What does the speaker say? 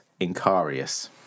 Incarius